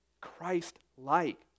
Christ-like